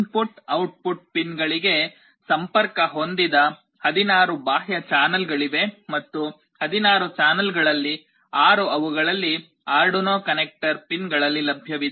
input output ಪಿನ್ಗಳಿಗೆ ಸಂಪರ್ಕ ಹೊಂದಿದ 16 ಬಾಹ್ಯ ಚಾನಲ್ಗಳಿವೆ ಮತ್ತು 16 ಚಾನೆಲ್ಗಳಲ್ಲಿ 6 ಅವುಗಳಲ್ಲಿ ಆರ್ಡುನೊ ಕನೆಕ್ಟರ್ ಪಿನ್ಗಳಲ್ಲಿ ಲಭ್ಯವಿದೆ